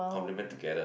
compliment together